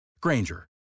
Granger